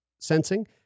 sensing